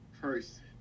person